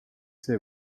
see